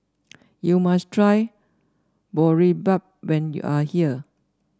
you must try Boribap when you are here